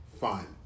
fine